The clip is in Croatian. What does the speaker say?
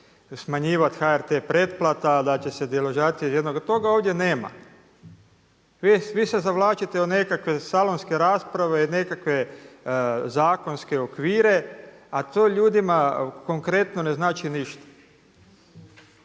smanjivati HRT pretplata, da se će se deložacija, toga ovdje nema. Vi svi se zavlačite u nekakve salonske rasprave, nekakve zakonske okvire, a to ljudima konkretno ne znači ništa.